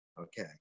Okay